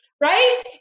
Right